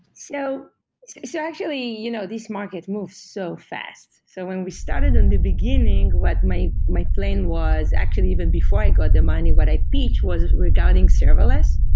so so actually, you know these markets move so fast. so when we started in the beginning, what my my plan was actually even before i got the money, what i pitched was regarding serverless.